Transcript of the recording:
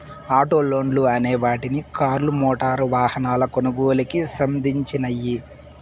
auto లోన్లు అనే వాటిని కార్లు, మోటారు వాహనాల కొనుగోలుకి సంధించినియ్యి